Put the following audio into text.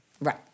Right